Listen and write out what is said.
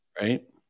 right